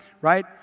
Right